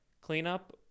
cleanup